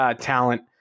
talent